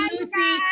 Lucy